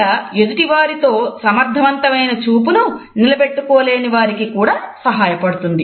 ఇది ఎదుటివారితో సమర్థవంతమైన చూపును నిలబెట్టుకోలేని వారికి కూడా సహాయపడుతుంది